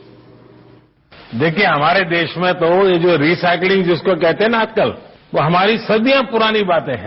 sound bite हमारे देश में तो ये जो रिसाइक्लिंग जिसको कहते है न आजकल वो हमारी सदियों पुरानी बातें है